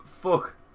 fuck